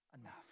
Enough